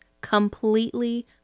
completely